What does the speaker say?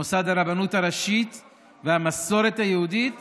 למוסד הרבנות הראשית והמסורת היהודית